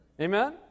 Amen